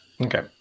Okay